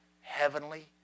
heavenly